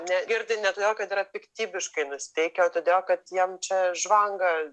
negirdi ne todėl kad yra piktybiškai nusiteikę o todėl kad jiems čia žvanga